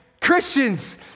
christians